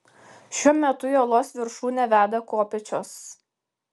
šiuo metu į uolos viršūnę veda kopėčios